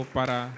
para